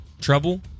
trouble